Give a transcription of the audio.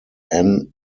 anne